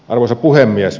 arvoisa puhemies